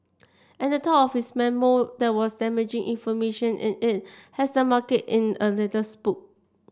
and the talk of this memo that was damaging information in it has the market in a little spooked